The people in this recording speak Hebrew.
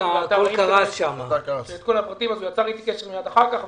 הוא יצר איתי קשר מייד אחר כך.